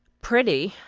pretty,